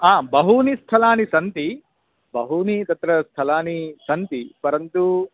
आ बहूनि स्थलानि सन्ति बहूनि तत्र स्थलानि सन्ति परन्तु